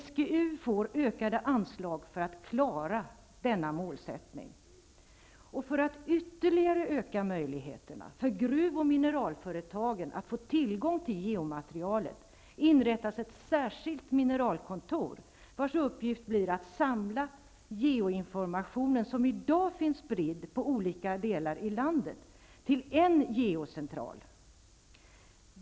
SGU får ökade anslag för att klara denna målsättning. För att ytterligare öka möjligheterna för gruvoch mineralföretagen att få tillgång till geomaterialet inrättas ett särskilt mineralkontor, vars uppgift blir att samla geoinformation som i dag finns spridd på olika ställen i landet till en geocentral.